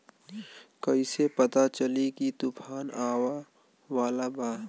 कइसे पता चली की तूफान आवा वाला बा?